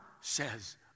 says